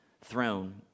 throne